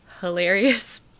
hilarious